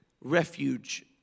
refuge